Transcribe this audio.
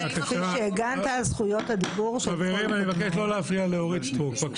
כפי שהגנת על זכויות הדיבור של קודמיי.